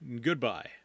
goodbye